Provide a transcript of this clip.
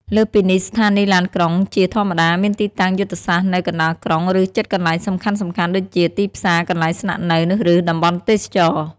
លើសពីនេះ ស្ថានីយ៍ឡានក្រុង ជាធម្មតាមានទីតាំងយុទ្ធសាស្ត្រនៅ កណ្តាលក្រុង ឬ ជិតកន្លែងសំខាន់ៗ ដូចជាទីផ្សារ កន្លែងស្នាក់នៅ ឬតំបន់ទេសចរណ៍។